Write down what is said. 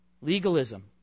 Legalism